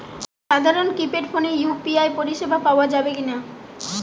সাধারণ কিপেড ফোনে ইউ.পি.আই পরিসেবা পাওয়া যাবে কিনা?